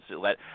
Let